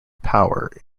power